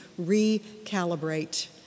recalibrate